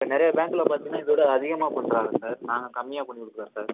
நிறைய பேங்கில் பார்த்திங்கன்னா இதை விட அதிகமாக பண்றாங்க சார் நாங்கள் கம்மியாக பண்ணி கொடுக்குறோம் சார்